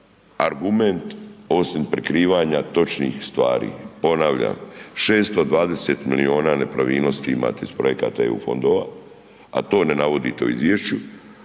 argument osim prikrivanja točnih stvari. Ponavljam, 620 milijuna nepravilnosti imate iz projekata EU projekata, a to ne navodite u izvješću.